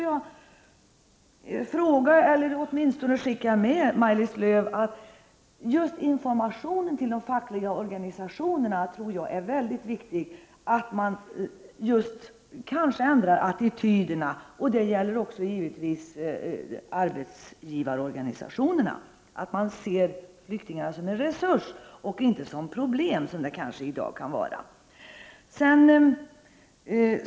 Jag tror, Maj-Lis Lööw, att just informationen till de fackliga organisationerna är mycket viktig, dvs. att få dessa och givetvis även arbetsgivarorganisationerna att ändra attityderna och se flyktingarna som en resurs och inte som ett problem, vilket i dag nog är fallet på en del håll.